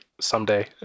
someday